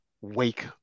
wake